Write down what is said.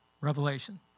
revelation